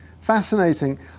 Fascinating